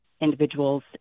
individuals